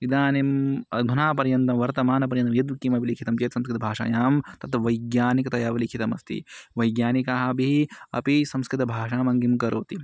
इदानीम् अधुना पर्यन्तं वर्तमानपर्यन्तं यत् किमपि लिखितं चेत् संस्कृतभाषायां तत्र वैज्ञानिकतया लिखितमस्ति वैज्ञानिकाः अपि अपि संस्कृतभाषणम् अङ्गीकरोति